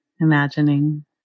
imagining